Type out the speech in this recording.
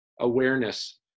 awareness